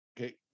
okay